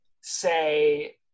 say